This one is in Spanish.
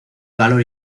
valor